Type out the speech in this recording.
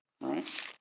right